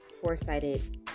four-sided